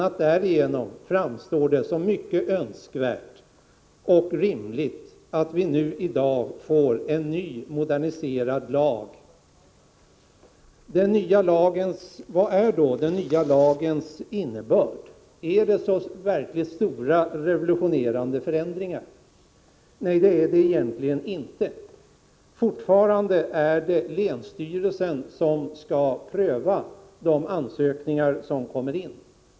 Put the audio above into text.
a. därigenom framstår det som mycket önskvärt och rimligt att vi nu får en ny, moderniserad lag. Vad är då den nya lagens innebörd? Är det så verkligt stora, revolutionerande förändringar? Nej, det är det egentligen inte. Fortfarande är det länsstyrelsen som skall pröva de ansökningar som kommer in.